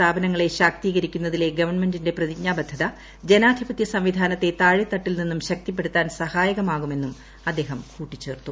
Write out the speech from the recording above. സ്ഥാപനങ്ങളെ രാജ് ശാക്തീകരിക്കുന്നതിലെ ഗവൺമെന്റിന്റെ പ്രതിജ്ഞാബദ്ധത ജനാധിപത്യ സംവിധാനത്തെ താഴെത്തട്ടിൽ നിന്നും ശക്തിപ്പെടുത്താൻ സഹായകമാകുമെന്നും അദ്ദേഹം കൂട്ടിച്ചേർത്തു